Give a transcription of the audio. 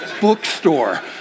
bookstore